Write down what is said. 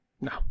No